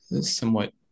somewhat